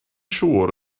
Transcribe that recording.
siŵr